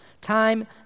Time